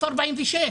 למרות שיש